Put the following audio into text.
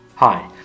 Hi